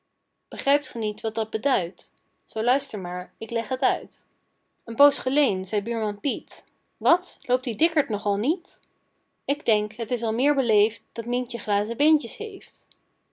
begrijpt ge niet wat dat beduidt zoo luister maar ik leg het uit een poos geleen zeî buurman piet wat loopt die dikkerd nog al niet ik denk het is al meer beleefd dat mientje glazen beentjes heeft